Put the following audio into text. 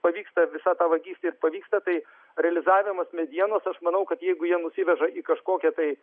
pavyksta visa ta vagystė ir pavyksta tai realizavimas medienos aš manau kad jeigu jie nusiveža į kažkokią tai